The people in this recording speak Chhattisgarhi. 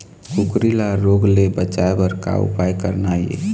कुकरी ला रोग ले बचाए बर का उपाय करना ये?